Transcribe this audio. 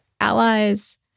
allies